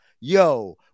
yo